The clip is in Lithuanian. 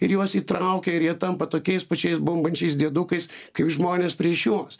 ir juos įtraukia ir jie tampa tokiais pačiais bumbančiais diedukais kaip žmonės prieš juos